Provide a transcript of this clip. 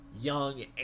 young